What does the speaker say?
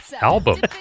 album